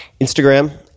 Instagram